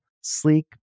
sleek